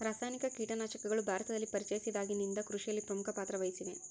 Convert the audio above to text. ರಾಸಾಯನಿಕ ಕೇಟನಾಶಕಗಳು ಭಾರತದಲ್ಲಿ ಪರಿಚಯಿಸಿದಾಗಿನಿಂದ ಕೃಷಿಯಲ್ಲಿ ಪ್ರಮುಖ ಪಾತ್ರ ವಹಿಸಿವೆ